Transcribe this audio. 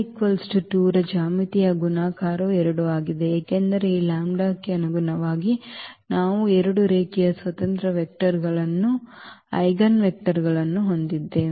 ಈ λ 2 ರ ಜ್ಯಾಮಿತೀಯ ಗುಣಾಕಾರವು 2 ಆಗಿದೆ ಏಕೆಂದರೆ ಈ ಲ್ಯಾಂಬ್ಡಾಕ್ಕೆ ಅನುಗುಣವಾಗಿ ನಾವು ಎರಡು ರೇಖೀಯ ಸ್ವತಂತ್ರ ಐಜೆನ್ವೆಕ್ಟರ್ಗಳನ್ನು ಹೊಂದಿದ್ದೇವೆ